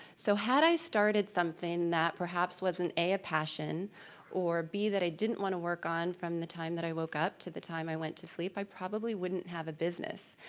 so had i started something that perhaps wasn't a, a passion or b, that i didn't want to work on from the time that i woke up to the time i went to sleep, i probably wouldn't have a business.